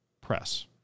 press